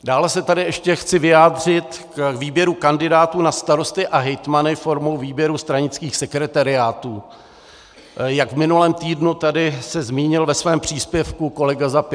Dále se tady ještě chci vyjádřit k výběru kandidátů na starosty a hejtmany formou výběru stranických sekretariátů, jak se tady v minulém týdnu zmínil ve svém příspěvku kolega za Piráty.